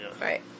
right